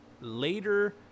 later